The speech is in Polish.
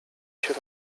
się